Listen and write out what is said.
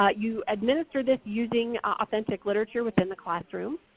ah you administer this using authentic literature within the classroom.